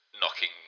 knocking